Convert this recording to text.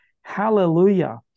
Hallelujah